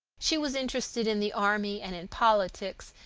she was interested in the army and in politics,